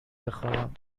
بخوابم